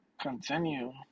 continue